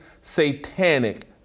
satanic